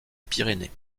pyrénées